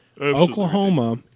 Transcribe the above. Oklahoma